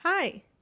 Hi